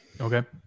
Okay